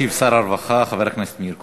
ישיב שר הרווחה חבר הכנסת מאיר כהן.